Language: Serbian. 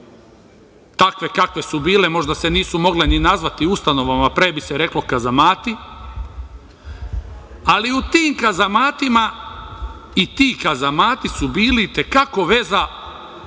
Takve kakve su bile, možda se nisu mogle nazvati ustanovama, pre bi se reklo kazamati, ali u tim kazamatima i ti kazamati su bili i te kako veza sa našim